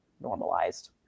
normalized